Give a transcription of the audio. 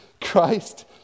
Christ